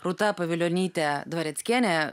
rūta pavilionytė dvareckienė